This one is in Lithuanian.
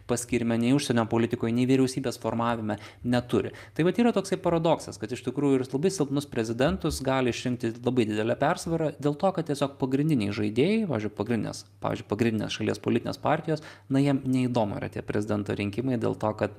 paskyrime nei užsienio politikoj nei vyriausybės formavime neturi tai vat yra toksai paradoksas kad iš tikrųjų ir labai silpnus prezidentus gali išrinkti labai didele persvara dėl to kad tiesiog pagrindiniai žaidėjai pavyzdžiui pagrindinės pavyzdžiui pagrindinės šalies politinės partijos na jiem neįdomu yra tie prezidento rinkimai dėl to kad